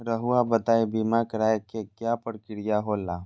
रहुआ बताइं बीमा कराए के क्या प्रक्रिया होला?